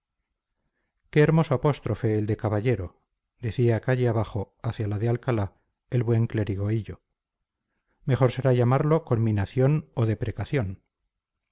qué hermoso apóstrofe el de caballero decía calle abajo hacia la de alcalá el buen clérigo hillo mejor será llamarlo conminación o deprecación